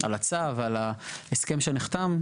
על הצו ועל ההסכם שנחתם,